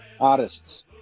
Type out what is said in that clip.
artists